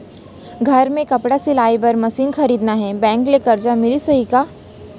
घर मे कपड़ा सिलाई बार मशीन खरीदना हे बैंक ले करजा मिलिस जाही का?